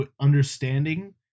understanding